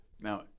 Now